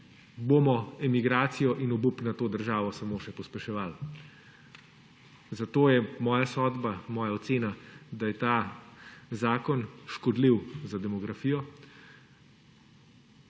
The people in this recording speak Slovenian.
bomo emigracijo in obup nad to državo samo še pospeševali. Zato je moja sodba, moja ocena, da je ta zakon škodljiv za demografijo